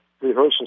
rehearsal